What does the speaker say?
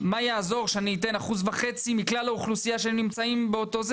מה יעזור אם אני אתן 1.5% מכלל האוכלוסייה שנמצאת באותה עיר,